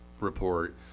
report